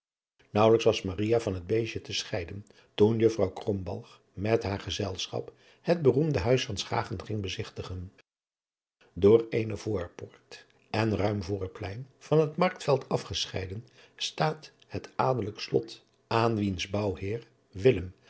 naauwelijks was maria van het beestje te scheiden toen juffrouw krombalg met haar gezelschap het beroemde huis van schagen ging bezigtigen door eene voorpoort en ruim voorplein van het marktveld afgescheiden staat het adelijk slot als wiens